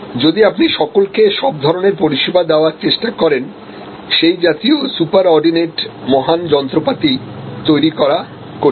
যদি আপনি সকলকে সব ধরনের পরিষেবা দেওয়ার চেষ্টা করেন সেই জাতীয়সুপার অর্ডিনেট মহান যন্ত্রপাতি তৈরি করা কঠিন